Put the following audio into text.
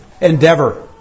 endeavor